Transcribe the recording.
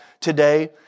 today